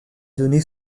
donné